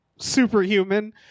Superhuman